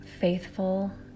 faithful